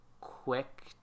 quick